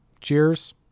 Cheers